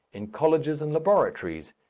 in colleges and laboratories,